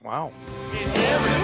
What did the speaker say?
Wow